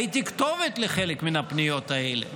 הייתי כתובת לחלק מן הפניות האלה.